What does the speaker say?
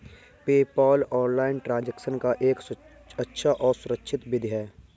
PayPal online transaction का अच्छा और सुरक्षित विधि है